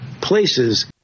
places